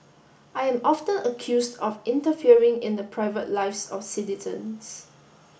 I am often accused of interfering in the private lives of citizens